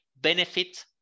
benefit